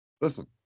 Listen